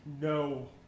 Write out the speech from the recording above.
No